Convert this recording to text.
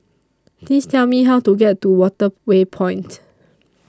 Please Tell Me How to get to Waterway Point